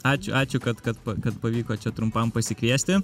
ačiū ačiū kad kad kad pavyko čia trumpam pasikviesti